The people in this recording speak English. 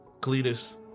Cletus